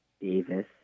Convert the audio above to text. Davis